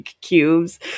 cubes